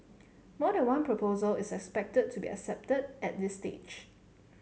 more than one proposal is expected to be accepted at this stage